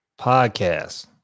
podcast